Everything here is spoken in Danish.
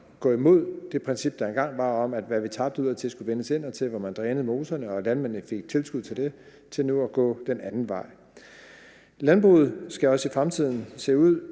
gå imod det princip, der engang var, om, at hvad vi tabte udadtil skulle vindes indadtil, hvor man drænede moserne og landmændene fik tilskud til det, til nu at gå den anden vej. Landbruget skal også i fremtiden se ud